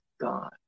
God